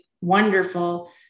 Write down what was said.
wonderful